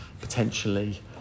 potentially